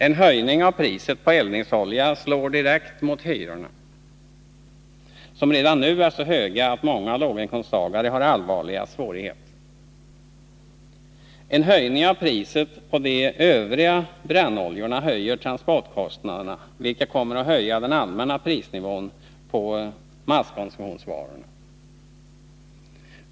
En höjning av priset på eldningsolja slår direkt mot hyrorna, som redan nu är så höga att många låginkomsttagare har allvarliga svårigheter. En höjning av priset på de övriga brännoljorna fördyrar transporterna, vilket i sin tur kommer att höja den allmänna prisnivån på masskonsumtionsvarorna.